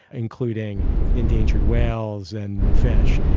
including endangered whales and fish.